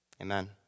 amen